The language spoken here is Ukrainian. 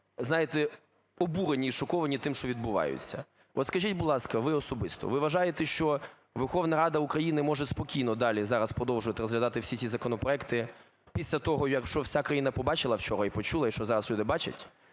знаєте, обурені і шоковані тим, що відбувається. От скажіть, будь ласка, ви особисто, ви вважаєте, що Верховна Рада України може спокійно далі зараз продовжувати розглядати всі ці законопроекти, після того, що вся країна побачила вчора і почула, і що зараз люди бачать?